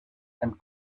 and